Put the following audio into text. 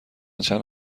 چند